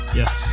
yes